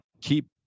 keep